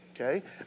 okay